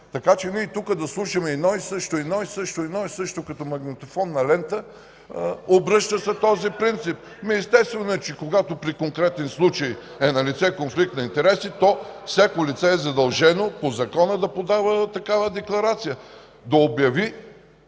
Така че ние тук да слушаме едно и също, едно и също като магнетофонна лента... Обръща се този принцип. Когато при конкретен случай е налице конфликт на интереси, то всяко лице е задължено по Закона да подава такава декларация,